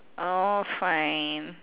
oh fine